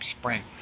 Spring